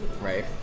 Right